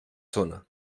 zona